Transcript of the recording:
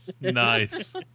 nice